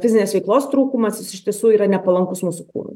fizinės veiklos trūkumas jis iš tiesų yra nepalankus mūsų kūnui